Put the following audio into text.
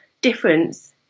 difference